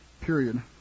Period